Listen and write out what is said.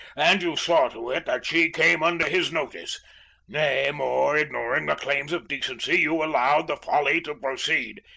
and you saw to it that she came under his notice nay, more, ignoring the claims of decency, you allowed the folly to proceed,